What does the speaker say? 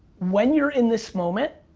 when you're in this moment,